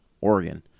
Oregon